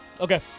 Okay